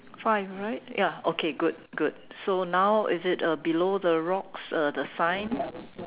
five right ya okay good good so now is it uh below the rocks uh the sign